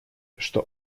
что